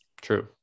True